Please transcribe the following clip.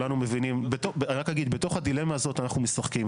בתוך הדילמה הזאת אנחנו משחקים.